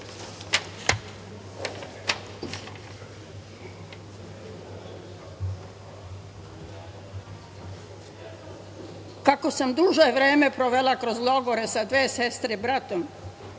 sam duže vreme provela kroz logore sa dve sestre i bratom,